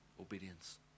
obedience